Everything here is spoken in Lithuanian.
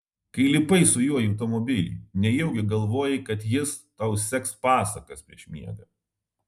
kai lipai su juo į automobilį nejaugi galvojai kad jis tau seks pasakas prieš miegą